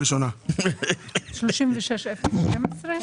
אזולאי, 13:04)